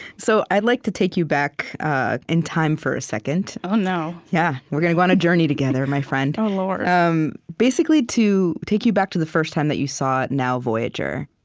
so i'd like to take you back in time for a second oh, no yeah, we're gonna go on a journey together, my friend oh, lord um basically, to take you back to the first time that you saw now, voyager